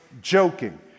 joking